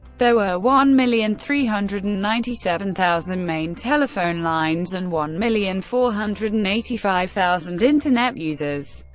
there were one million three hundred and ninety seven thousand main telephone lines and one million four hundred and eighty five thousand internet users.